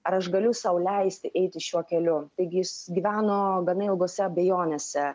ar aš galiu sau leisti eiti šiuo keliu taigi jis gyveno gana ilgose abejonėse